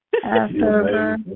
Passover